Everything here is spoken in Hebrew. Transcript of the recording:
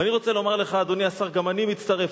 ואני רוצה לומר לך, אדוני השר, גם אני מצטרף.